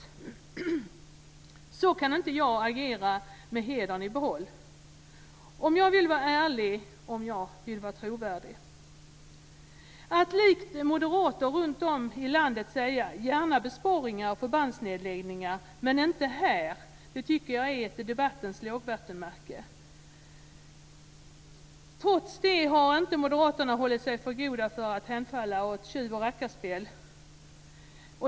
Så kan inte jag agera med hedern i behåll, om jag vill vara ärlig och trovärdig. Att likt moderater runt om i landet säga "Gärna besparingar och förbandsnedläggningar, men inte här" är debattens lågvattenmärke. Trots det har inte moderaterna hållit sig för goda för att hänfalla åt tjuv och rackarspel.